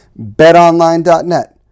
BetOnline.net